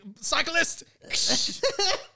cyclist